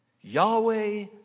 Yahweh